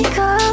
go